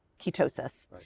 ketosis